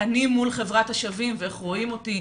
אני מול חברת השווים ואיך רואים אותי,